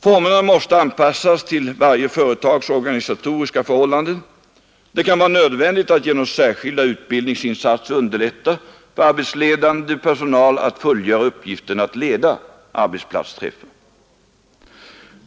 Formerna måste anpassas till varje företags organisatoriska förhållanden. Det kan vara nödvändigt att genom särskilda utbildningsinsatser underlätta för arbetsledande personal att fullgöra uppgiften att leda arbetsplatsträffen.